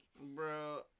bro